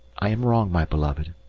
i am wrong, my beloved.